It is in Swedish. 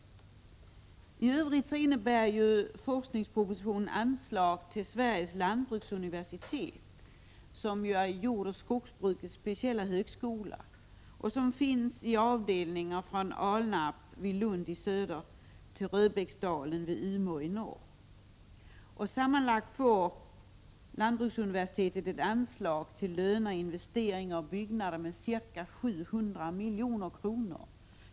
I övrigt innebär forskningspropositionen anslag till Sveriges lantbruksuniversitet, som är jordoch skogsbrukets speciella högskola och som finns i avdelningar från Alnarp vid Lund i söder till Röbäcksdalen vid Umeå i norr. Sammanlagt får lantbruksuniversitetet ett anslag till löner, investeringar och byggnader med ca 700 milj.kr.